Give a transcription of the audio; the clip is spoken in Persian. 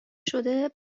شده